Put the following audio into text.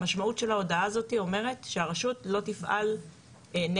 המשמעות של ההודעה הזאת אומרת שהרשות לא תפעל נגד